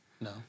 No